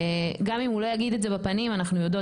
גם אם הוא לא יגיד את זה בפנים אנחנו יודעות